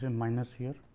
and minus here